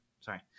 Sorry